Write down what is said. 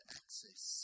access